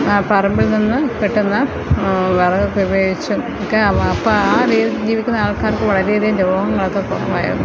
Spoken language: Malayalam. പറമ്പിൽ നിന്നു കിട്ടുന്ന വിറകൊക്കെ ഉപയോഗിച്ചും ഒക്കെയാണ് അപ്പം ആ ജീവിക്കുന്ന ആൾക്കാർക്ക് വളരെയധികം രോഗങ്ങളൊക്കെ കുറവായിരുന്നു